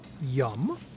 Yum